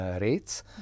rates